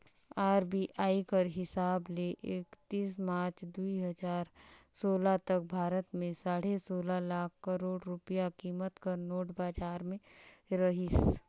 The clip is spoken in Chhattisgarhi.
आर.बी.आई कर हिसाब ले एकतीस मार्च दुई हजार सोला तक भारत में साढ़े सोला लाख करोड़ रूपिया कीमत कर नोट बजार में रहिस